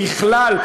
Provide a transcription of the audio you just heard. בכלל.